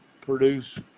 produce